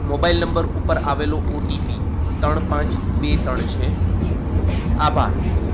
mobile number ઉપર આવેલો OTP ત્રણ પાંચ બે ત્રણ છે આભાર